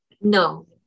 No